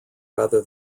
rather